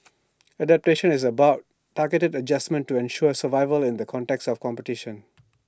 adaptation is about targeted adjustments to ensure survival in the context of competition